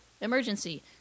emergency